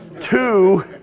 Two